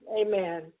Amen